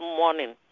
morning